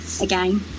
again